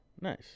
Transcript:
Nice